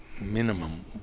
minimum